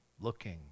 looking